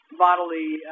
bodily